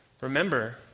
Remember